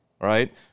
right